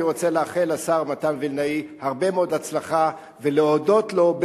אני רוצה לאחל לשר מתן וילנאי הרבה מאוד הצלחה ולהודות לו,